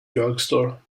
drugstore